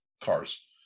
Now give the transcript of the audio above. cars